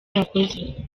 wakoze